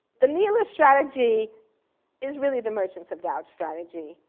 the nela's strategy is really the merchants of doubt strategy.